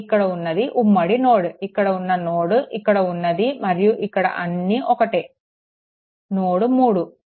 ఇక్కడ ఉన్నది ఉమ్మడి నోడ్ ఇక్కడ ఉన్న నోడ్ ఇక్కడ ఉన్నది మరియు ఇది అన్నీ ఒక్కటే నోడ్3